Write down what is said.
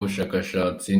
ubushakashatsi